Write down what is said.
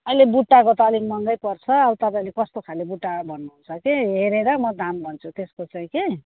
अहिले बुट्टाको त अलि महँगो पर्छ अब तपाईँले कस्तो खाले बुट्टा भन्नु हुन्छ त्यही हेरेर म दाम भन्छु त्यसको चाहिँ कि